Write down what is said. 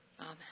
Amen